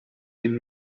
den